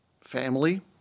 family